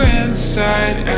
inside